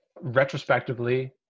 retrospectively